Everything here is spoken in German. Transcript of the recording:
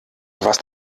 warst